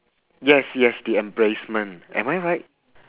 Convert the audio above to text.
yes yes the embracement am I right